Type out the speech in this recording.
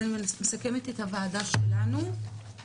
בזה אני מסכמת את הוועדה שלנו.